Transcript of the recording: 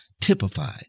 typified